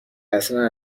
اصلا